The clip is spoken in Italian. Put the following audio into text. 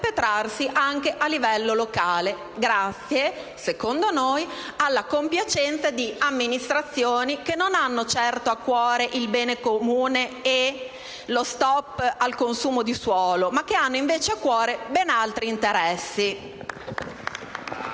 anche a livello locale, grazie, secondo noi, alla compiacenza di amministrazioni che non hanno certo a cuore il bene comune e lo stop al consumo di suolo, ma che hanno invece a cuore ben altri interessi.